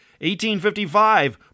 1855